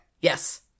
Yes